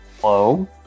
Hello